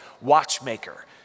watchmaker